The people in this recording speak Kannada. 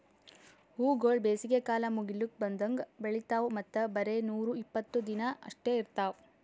ಹೂವುಗೊಳ್ ಬೇಸಿಗೆ ಕಾಲ ಮುಗಿಲುಕ್ ಬಂದಂಗ್ ಬೆಳಿತಾವ್ ಮತ್ತ ಬರೇ ನೂರಾ ಇಪ್ಪತ್ತು ದಿನ ಅಷ್ಟೆ ಇರ್ತಾವ್